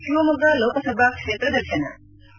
ಶಿವಮೊಗ್ಗ ಲೋಕಸಭಾ ಕ್ಷೇತ್ರ ದರ್ಶನ